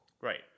Right